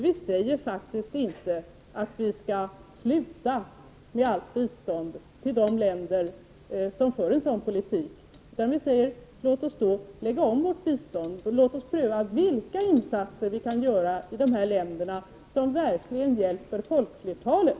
Vi säger faktiskt inte att vi skall upphöra med allt bistånd till de länder som för en sådan politik, utan vi säger: Låt oss lägga om vårt bistånd, och låt oss pröva vilka insatser vi kan göra i dessa länder som verkligen hjälper folkflertalet.